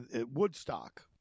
Woodstock